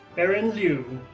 aaron liu,